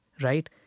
right